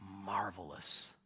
marvelous